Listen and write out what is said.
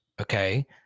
okay